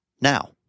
Now